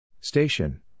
Station